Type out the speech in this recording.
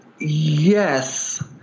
Yes